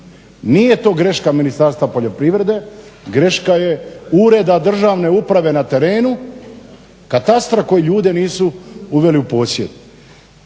Nije to greška Ministarstva poljoprivrede, greška je Ureda državne uprave na terenu, katastra koji ljude nisu uveli u posjed.